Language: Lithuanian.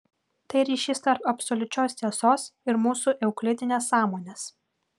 tai ryšys tarp absoliučios tiesos ir mūsų euklidinės sąmonės